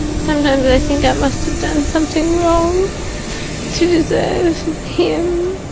sometimes i think i must have done something wrong to deserve him.